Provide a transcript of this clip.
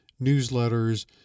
newsletters